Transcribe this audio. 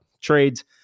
trades